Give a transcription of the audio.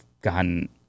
gotten